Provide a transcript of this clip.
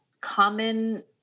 common